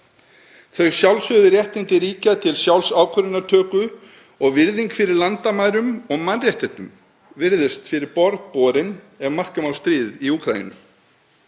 Sjálfsögð réttindi ríkja til sjálfsákvörðunartöku og virðing fyrir landamærum og mannréttindum virðist fyrir borð borin, ef marka má stríðið í Úkraínu.